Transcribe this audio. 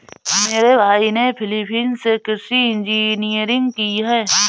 मेरे भाई ने फिलीपींस से कृषि इंजीनियरिंग की है